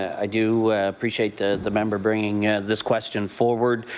i do appreciate the the member bringing this question forward.